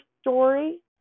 story